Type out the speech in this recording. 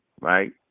right